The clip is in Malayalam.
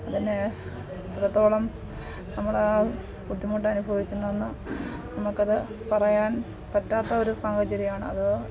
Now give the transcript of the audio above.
അതിന് എത്രത്തോളം നമ്മൾ ആ ബുദ്ധിമുട്ടനുഭവിക്കുന്നുവെന്ന് നമുക്കത് പറയാൻ പറ്റാത്ത ഒരു സാഹചര്യം ആണത്